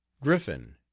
griffin,